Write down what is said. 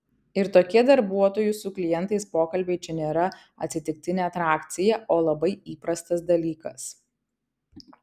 ir tokie darbuotojų su klientais pokalbiai čia nėra atsitiktinė atrakcija o labai įprastas dalykas